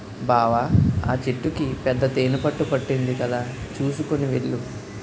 బావా ఆ చెట్టుకి పెద్ద తేనెపట్టు పట్టింది కదా చూసుకొని వెళ్ళు